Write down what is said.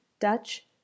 Dutch